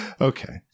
Okay